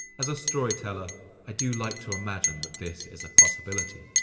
as a storyteller i do like to imagine that this is a possibility,